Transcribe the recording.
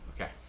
Okay